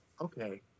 okay